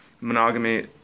Monogamy